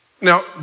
Now